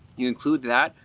you include that,